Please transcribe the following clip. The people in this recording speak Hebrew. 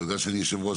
ובגלל שאני יושב-ראש,